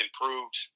improved